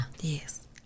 Yes